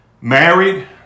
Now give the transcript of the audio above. Married